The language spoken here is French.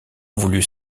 voulut